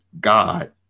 God